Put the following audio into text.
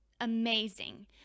amazing